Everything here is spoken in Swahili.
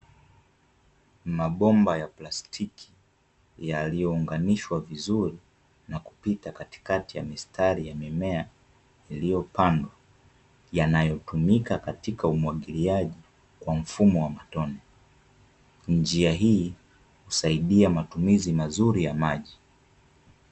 Mabomba ya plastiki yaliyounganishwa vizuri na kupita katikati ya mistari ya mimea iliyopandwa yanayotumika katika umwagiliaji kwa mfumo wa matone, njia hii husaidia matumizi mazuri ya maji.